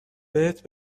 بهت